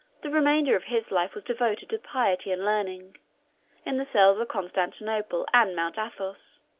the remainder of his life was devoted to piety and learning in the cells of constantinople and mount athos,